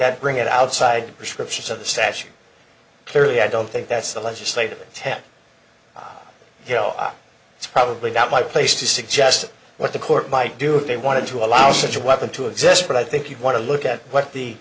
that bring it outside descriptions of the sash or clearly i don't think that's the legislative intent it's probably not my place to suggest what the court might do if they wanted to allow such a weapon to exist but i think you want to look at what the